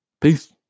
Peace